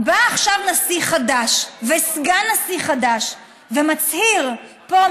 בא עכשיו נשיא חדש וסגן נשיא חדש ומצהיר פה,